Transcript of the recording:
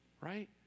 right